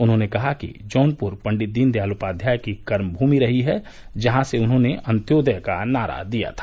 उन्होंने कहा कि जौनपुर पण्डित दीनदयाल उपाध्याय की कर्मभूमि रही है जहां से उन्होंने अन्त्योदय का नारा दिया था